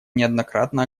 неоднократно